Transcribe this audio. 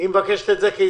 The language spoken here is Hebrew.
היא מבקשת את זה כהסתייגות.